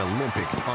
Olympics